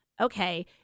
okay